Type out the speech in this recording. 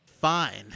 Fine